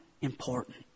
important